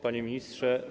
Panie Ministrze!